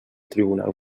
tribunal